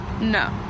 No